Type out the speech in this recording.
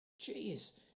Jeez